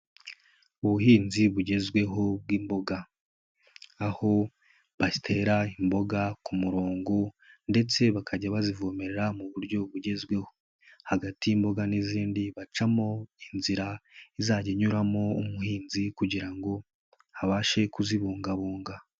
Ubuhinzi bugezweho bw'imboga. Aho batera imboga ku murongo, ndetse bakajya bazivomerera mu buryo bugezweho. Hagati y'imboga n'izindi bacamo inzira izajya inyuramo umuhinzi kugira ngo, abashe kuzibungabunga.